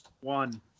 One